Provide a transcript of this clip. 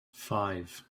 five